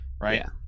Right